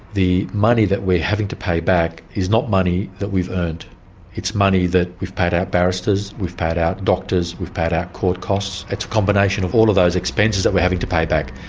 the money that we're having to pay back is not money that we've earned it's money that we've paid out barristers, we've paid out doctors, we've paid out court costs. it's a combination of all of those expenses that we're having to pay back.